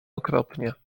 okropnie